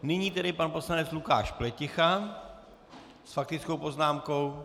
Nyní tedy pan poslanec Lukáš Pleticha s faktickou poznámkou.